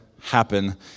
happen